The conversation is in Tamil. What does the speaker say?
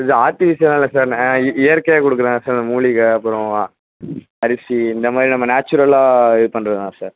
இது ஆர்டிஃபிசியல்லாம் இல்லை சார் நே அ இயற்கையாக கொடுக்குறேன் சார் இந்த மூலிகை அப்புறம் அரிசி இந்த மாதிரி நம்ம நேச்சுரலாக இது பண்ணுறது தான் சார்